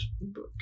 book